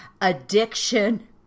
addiction